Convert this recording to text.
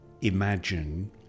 imagine